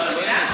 למה?